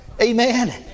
Amen